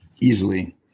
Easily